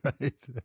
right